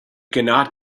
cannot